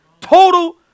Total